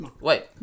Wait